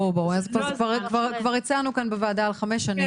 ברור, כבר הצענו כאן בוועדה חמש שנים.